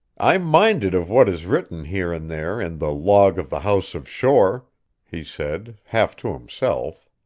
i'm minded of what is written, here and there, in the log of the house of shore he said, half to himself.